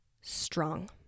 strong